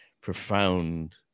profound